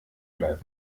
bleibt